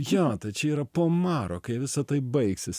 jo čia yra po maro kai visa tai baigsis